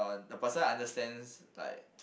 the person understands like